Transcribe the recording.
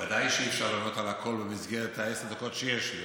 בוודאי שאי-אפשר לענות על הכול במסגרת עשר הדקות שיש לי,